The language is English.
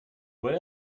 what